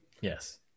yes